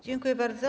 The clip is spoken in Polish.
Dziękuję bardzo.